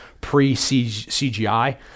pre-cgi